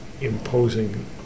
imposing